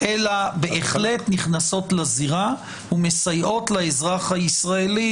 אלא בהחלט נכנסות לזירה ומסייעות לאזרח הישראלי